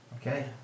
Okay